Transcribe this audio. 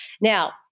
Now